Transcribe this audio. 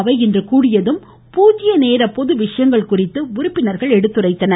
அவை இன்று கூடியதும் பூஜ்ய நேர பொது விஷயங்கள் குறித்து உறுப்பினர்கள் எடுத்துரைத்தனர்